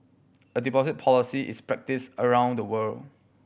a deposit policy is practised around the world